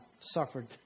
suffered